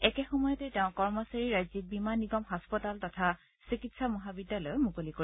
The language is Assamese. একে সময়তে তেওঁ কৰ্মচাৰী ৰাজ্যিক বীমা নিগম হাস্পতাল তথা চিকিৎসা মহাবিদ্যালয়ো মুকলি কৰিব